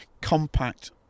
compact